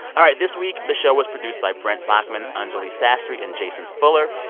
all right. this week, the show was produced by brent baughman, anjuli sastry and jason fuller.